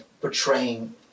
portraying